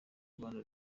rwanda